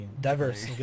Diverse